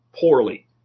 poorly